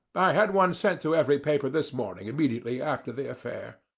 i had one sent to every paper this morning immediately after the affair.